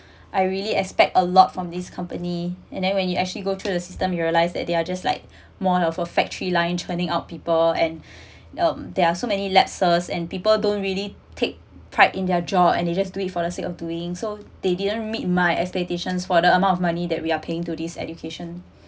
I really expect a lot from this company and then when you actually go through the system you realize that they are just like more of a factory line churning out people and um there are so many lapses and people don't really take pride in their job and they just do it for the sake of doing so they didn't meet my expectations for the amount of money that we are paying to this education